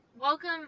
Welcome